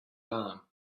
arm